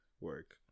work